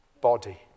body